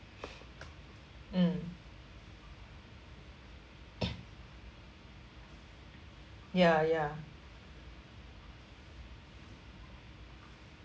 mm ya ya